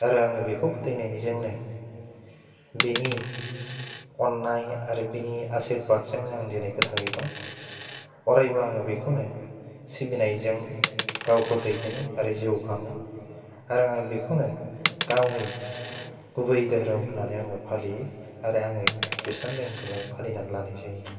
आरो आङो बिखौ फोथायनायजोंनो बेनि अन्नाय आरो बेनि आसिरबादजोंनो आं दिनै गोथाङै दं अरायबो आङो बिखौनो सिबिनायजों गावखौ दैदेनो आरो जिउ खाङो आरो आं बेखौनो गावनि गुबै धोरोम होन्नानै आङो फालियो आरो आङो खृस्टान धोरोमखौनो फालिनानै लानाय जायो